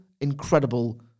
incredible